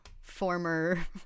former